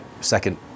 second